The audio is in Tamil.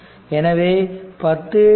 எனவே 10 2 10 6